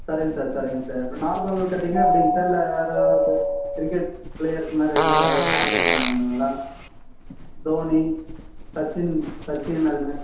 சரிங்க சார் சரிங்க சார் இப்போ நார்மல் கட்டிங்கா எப்படிங்க சார் இல்லை வேறே எதாவது கிரிக்கெட் பிளேயர்ஸ் மாதிரி அதுமாதிரி எதாவது ஹேர் கட் பண்ணணுங்களா டோனி சச்சின் சச்சின் அதுமாதிரி